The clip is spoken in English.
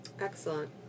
Excellent